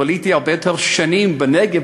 ביליתי הרבה יותר שנים בנגב,